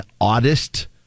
oddest